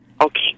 Okay